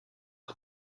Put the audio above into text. des